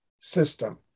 system